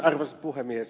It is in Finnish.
arvoisa puhemies